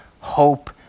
hope